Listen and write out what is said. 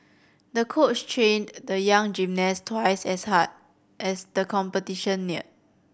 the coach trained the young gymnast twice as hard as the competition neared